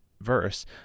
verse